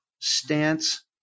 stance